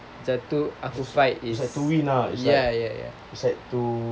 macam tu aku fight is ya ya ya